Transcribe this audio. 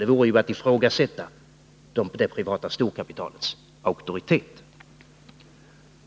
Det vore ju att ifrågasätta det privata storkapitalets auktoritet.